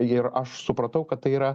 ir aš supratau kad tai yra